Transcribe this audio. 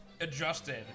adjusted